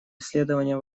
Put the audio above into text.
исследования